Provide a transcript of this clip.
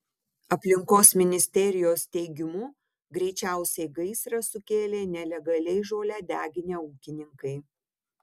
aplinkos ministerijos teigimu greičiausiai gaisrą sukėlė nelegaliai žolę deginę ūkininkai